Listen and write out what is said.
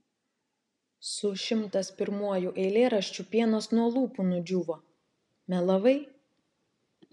su šimtas pirmuoju eilėraščiu pienas nuo lūpų nudžiūvo melavai